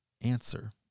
answer